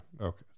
Okay